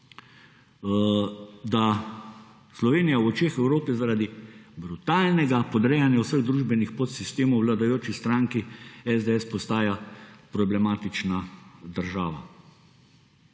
da Slovenija v očeh Evrope zaradi brutalnega podrejanja vseh družbenih podsistemov vladajoči stranki SDS postaja problematična država,